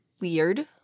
weird